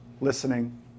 Listening